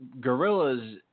gorillas